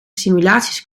simulaties